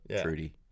Trudy